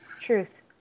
Truth